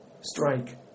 strike